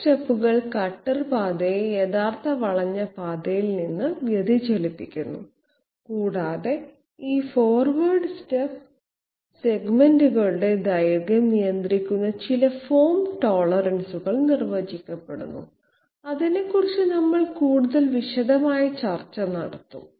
forward സ്റ്റെപ്പുകൾ cutter പാതയെ യഥാർത്ഥ വളഞ്ഞ പാതയിൽ നിന്ന് വ്യതിചലിപ്പിക്കുന്നു കൂടാതെ ഈ ഫോർവേഡ് സ്റ്റെപ്പ് സെഗ്മെന്റുകളുടെ ദൈർഘ്യം നിയന്ത്രിക്കുന്ന ചില ഫോം ടോളറൻസുകൾ നിർവചിക്കപ്പെടുന്നു അതിനെക്കുറിച്ച് നമ്മൾ കൂടുതൽ വിശദമായ ചർച്ച നടത്തും